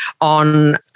on